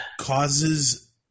Causes